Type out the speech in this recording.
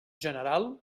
general